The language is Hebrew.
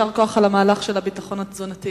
יישר כוח על המהלך של הביטחון התזונתי.